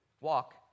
walk